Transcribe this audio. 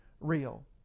real